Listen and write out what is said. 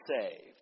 saved